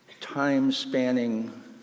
time-spanning